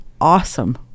awesome